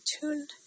tuned